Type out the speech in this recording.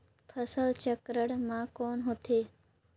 फसल चक्रण मा कौन होथे?